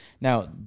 Now